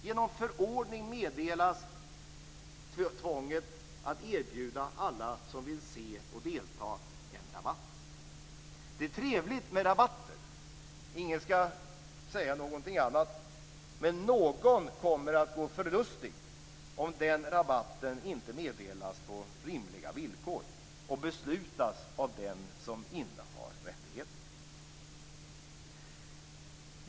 Genom förordning meddelas tvånget att erbjuda alla som vill se och delta en rabatt. Det är trevligt med rabatter - ingen skall säga någonting annat - men någon kommer att gå förlustig om den rabatten inte meddelas på rimliga villkor och beslutas av den som innehar rättigheterna.